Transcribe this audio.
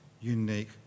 unique